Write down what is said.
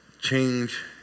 change